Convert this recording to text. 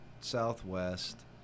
southwest